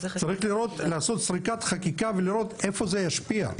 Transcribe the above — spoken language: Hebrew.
צריך לעשות סריקת חקיקה ולראות איפה זה ישפיע.